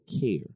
care